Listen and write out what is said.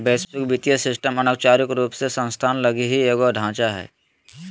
वैश्विक वित्तीय सिस्टम अनौपचारिक रूप से संस्थान लगी ही एगो ढांचा हय